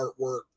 artwork